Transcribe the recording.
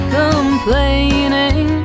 complaining